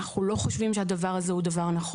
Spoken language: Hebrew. אנחנו לא חושבים שהדבר הזה הוא נכון.